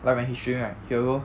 like when he showing right